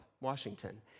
Washington